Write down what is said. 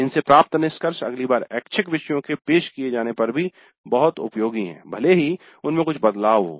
इनसे प्राप्त निष्कर्ष अगली बार ऐच्छिक विषयों के पेश किए जाने पर भी बहुत उपयोगी हैं भले ही उनमे कुछ बदलाव हों